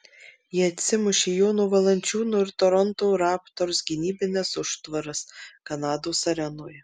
jie atsimušė į jono valančiūno ir toronto raptors gynybines užtvaras kanados arenoje